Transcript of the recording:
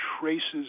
traces